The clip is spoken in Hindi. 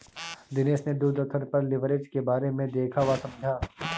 दिनेश ने दूरदर्शन पर लिवरेज के बारे में देखा वह समझा